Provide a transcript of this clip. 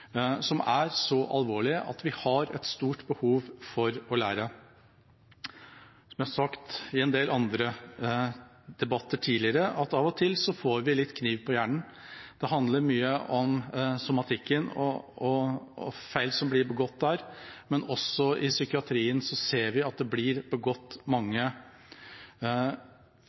som er så alvorlige at vi har et stort behov for å lære. Som jeg har sagt i en del debatter tidligere, får vi av og til litt kniv på hjernen – det handler mye om somatikken og feil som blir begått der, men også i psykiatrien ser vi det blir begått mange